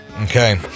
Okay